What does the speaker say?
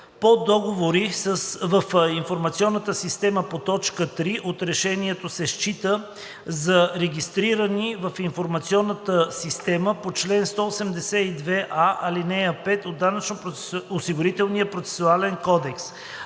по договори в информационната система по т. 3 от решението, се считат за регистрирани в информационната система по чл. 182а, ал. 5 от Данъчно-осигурителния процесуален кодекс.